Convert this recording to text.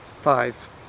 Five